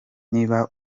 niba